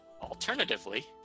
Alternatively